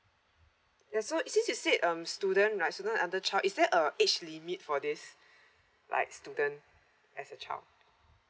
ya so you said um student right student under twelve is there a age limit for this like student as a child